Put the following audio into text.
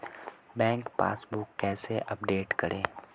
Bank passbook कैसे update करें?